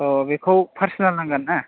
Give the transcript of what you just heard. अ बेखौ पार्सेनेल नांगोन ना